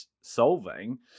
solving